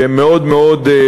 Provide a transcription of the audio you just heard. שהם מאוד בעייתיים.